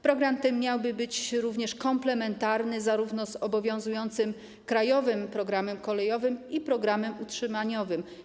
Program ten miałby być również komplementarny z obowiązującym krajowym programem kolejowym i z programem utrzymaniowym.